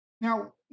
Now